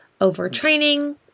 overtraining